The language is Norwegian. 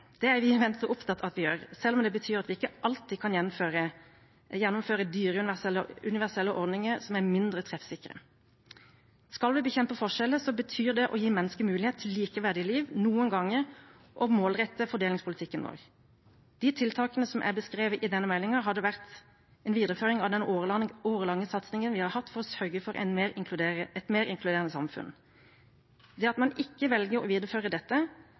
at vi gjør, selv om det betyr at vi ikke alltid kan gjennomføre dyre universelle ordninger, som er mindre treffsikre. Skal vi bekjempe forskjeller, betyr det å gi mennesker mulighet til likeverdige liv, og noen ganger å målrette fordelingspolitikken vår. De tiltakene som er beskrevet i denne meldingen, hadde vært en videreføring av den årelange satsingen vi har hatt for å sørge for et mer inkluderende samfunn. Det at man ikke velger å videreføre dette,